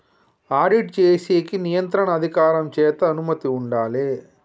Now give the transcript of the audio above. audit చేసేకి నియంత్రణ అధికారం చేత అనుమతి ఉండాలే